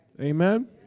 Amen